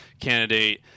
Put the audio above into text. candidate